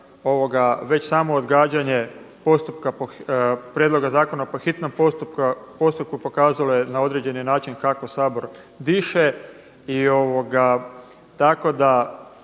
Već samo odgađanje postupka, prijedloga zakona po hitnom postupku pokazala je na određen način kako Sabor diše.